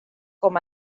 com